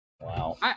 wow